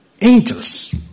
angels